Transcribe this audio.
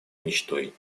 мечтой